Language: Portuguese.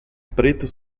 preto